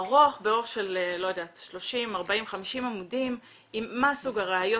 האורך היה בערך 30-50 עמודים עם מה סוג הראיות